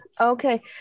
Okay